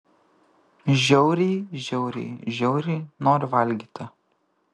žiauriai žiauriai žiauriai noriu valgyti